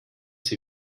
sie